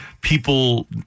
people